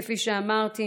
כפי שאמרתי,